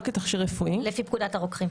לפי פקודת הרוקחים.